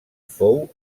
fou